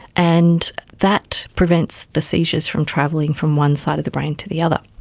and that prevents the seizures from travelling from one side of the brain to the other.